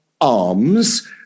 arms